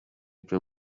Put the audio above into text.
cyo